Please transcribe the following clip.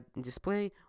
display